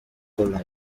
cola